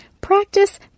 practice